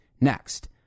Next